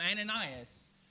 Ananias